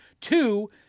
Two